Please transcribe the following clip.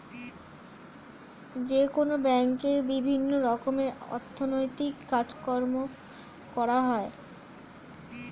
যেকোনো ব্যাঙ্কে বিভিন্ন রকমের অর্থনৈতিক কাজকর্ম করা হয়